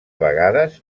vegades